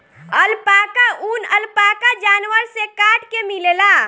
alpaca ऊन, alpaca जानवर से काट के मिलेला